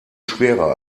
schwerer